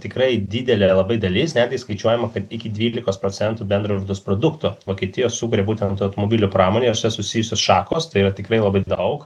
tikrai didelė labai dalis netgi skaičiuojama kad iki dvylikos procentų bendro vidaus produkto vokietijos sukuria būtent automobilių pramonė ir su ja susijusios šakos tai yra tikrai labai daug